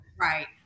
Right